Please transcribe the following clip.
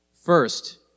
First